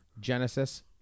Genesis